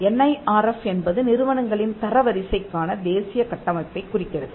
NIRF என்பது நிறுவனங்களின் தரவரிசைக்கான தேசிய கட்டமைப்பைக் குறிக்கிறது